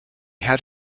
had